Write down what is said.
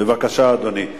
אדוני היושב-ראש,